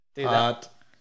hot